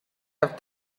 have